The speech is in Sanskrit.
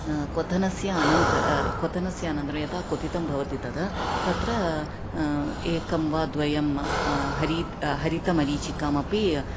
क्वथनस्य क्थनस्य अनन्तरं यदा क्वथितं भवति तत् तत्र एकं वा द्वयं हरितमरीचिकामपि